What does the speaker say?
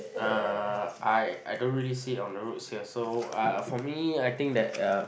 uh I I don't really see on the roads here so I for me I think that uh